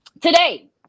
today